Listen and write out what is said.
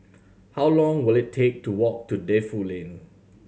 how long will it take to walk to Defu Lane